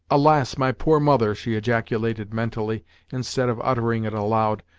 alas! my poor mother! she ejaculated mentally instead of uttering it aloud,